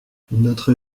notre